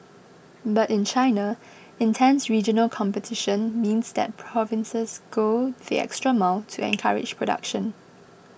but in China intense regional competition means that provinces go the extra mile to encourage production